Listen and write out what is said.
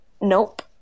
Nope